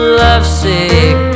lovesick